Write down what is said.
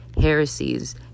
heresies